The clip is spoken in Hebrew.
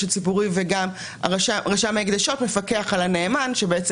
הציבורי וגם רשם ההקדשות מפקח על הנאמן כדי